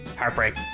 Heartbreak